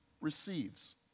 receives